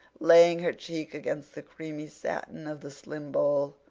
laying her cheek against the creamy satin of the slim bole,